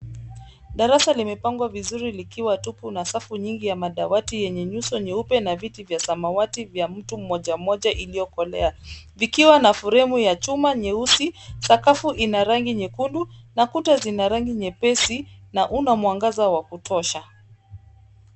Darasa limepangwa vizuri likiwa tupu na safu nyingi ya madawati yenye nyuso nyeupe na viti vya samawati vya mtu mmoja mmoja iliyokolea vikiwa na fremu ya chuma nyeusi. Sakafu ina rangi nyekundu na kuta zina rangi nyepesi na una mwangaza wa kutosha.